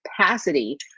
capacity